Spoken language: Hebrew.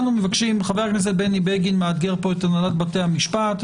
חבר הכנסת בני בגין מאתגר פה את הנהלת בתי המשפט,